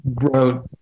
wrote